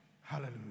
Hallelujah